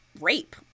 rape